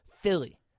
Philly